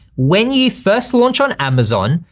when you first launch on amazon,